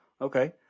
Okay